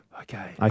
Okay